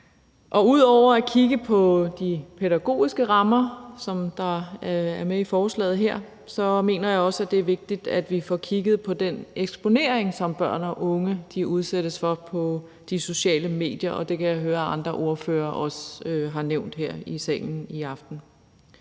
ud over at kigge på de pædagogiske rammer, som er med i forslaget her, mener jeg også, det er vigtigt, at vi får kigget på den eksponering, som børn og unge udsættes for på de sociale medier. Og det kan jeg høre at andre ordførere også har nævnt her i salen i aften.